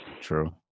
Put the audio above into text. True